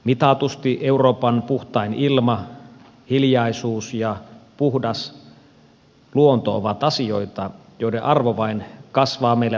mitatusti euroopan puhtain ilma hiljaisuus ja puhdas luonto ovat asioita joiden arvo vain kasvaa meillä tulevaisuudessa